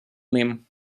ним